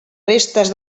restes